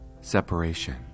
separation